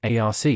ARC